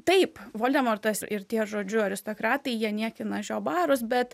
taip voldemortas ir tie žodžiu aristokratai jie niekina žiobarus bet